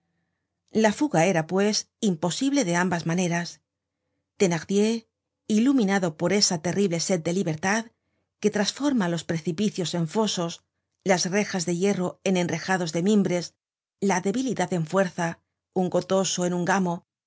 la fuga era pues imposible de ambas maneras thenardier iluminado por esa terrible sed de libertad que trasforma los precipicios en fosos la rejas de hierro en enrejados de mimbres la debilidad en fuerza un gotoso en un gamo